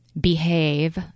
Behave